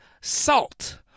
salt